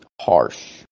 harsh